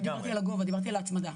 לא דיברתי על הגובה, דיברתי על ההצמדה.